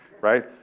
Right